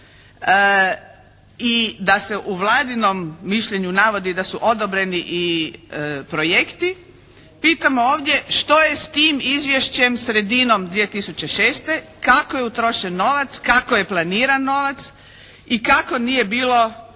i da se u Vladinom mišljenju navodi da su odobreni i projekti, pitamo ovdje što je s tim izvješćem sredinom 2006. kako je utrošen novac, kako je planiran novac i kako nije bilo